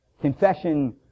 Confession